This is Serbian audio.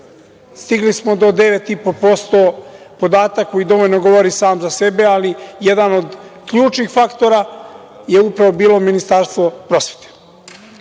stigli smo do 9,5%, podatak koji dovoljno govori sam za sebe, ali jedan od ključnih faktora je upravo bilo Ministarstvo prosvete. Ono